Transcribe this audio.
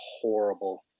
horrible